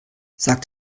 sag